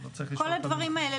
כל הדברים האלה,